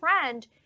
friend